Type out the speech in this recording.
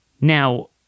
Now